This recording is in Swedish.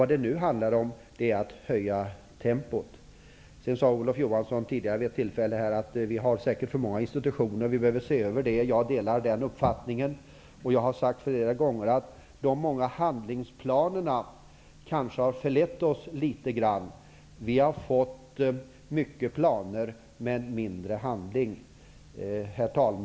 Det handlar nu om att höja tempot. Olof Johansson sade tidigare att vi säkert har för många institutioner och att vi behöver se över den frågan. Jag delar den uppfattningen. Jag har flera gånger sagt att de många handlingsplanerna kanske har förlett oss litet grand. Vi har fått många planer, men mindre handling. Herr talman!